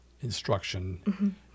instruction